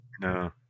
No